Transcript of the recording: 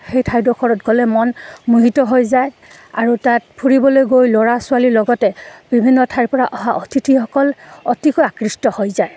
সেই ঠাইডখৰত গ'লে মন মোহিত হৈ যায় আৰু তাত ফুৰিবলৈ গৈ ল'ৰা ছোৱালীৰ লগতে বিভিন্ন ঠাইৰ পৰা অহা অতিথিসকল অতিকৈ আকৃষ্ট হৈ যায়